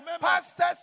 Pastors